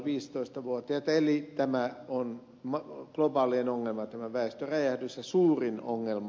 eli tämä väestöräjähdys on globaalinen ongelma ja suurin ongelma